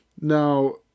Now